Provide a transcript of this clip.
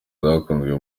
zakunzwe